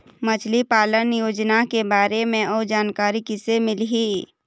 मछली पालन योजना के बारे म जानकारी किसे मिलही?